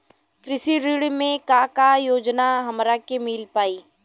कृषि ऋण मे का का योजना हमरा के मिल पाई?